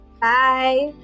Bye